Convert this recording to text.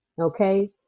Okay